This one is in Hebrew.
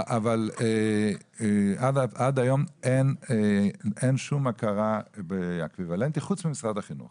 עד היום, אין שום הכרה באקוויוולנטי, חוץ מהחינוך